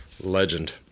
Legend